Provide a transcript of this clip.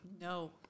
No